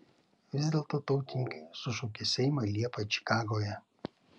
vis dėlto tautininkai sušaukė seimą liepą čikagoje